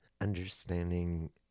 understanding